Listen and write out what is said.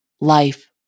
life